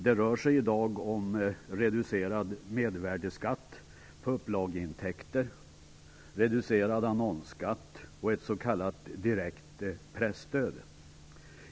Det rör sig i dag om reducerad mervärdesskatt på upplageintäkter, reducerad annonsskatt och ett s.k. direkt presstöd.